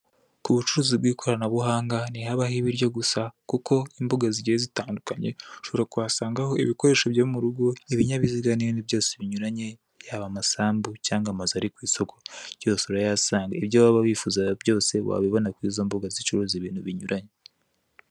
Ku bucuruzi bw'ikoranabuhanga ntihabaho ibiryo gusa kuko imbuga zigiye zitandukanye ushobora kuhasangaho ibikoresho byo mu rugo, ibinyabiziga n'ibindi byose binyuranye , yaba amasambu, cyangwa amazu ari ku isoko byose urabihasanga. Ibyo waba wifuza byose wabibona kw'izo mbuga zicuruza ibintu bunyuranye.